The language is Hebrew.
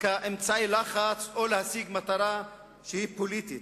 כאמצעי לחץ או כדי להשיג מטרה שהיא פוליטית,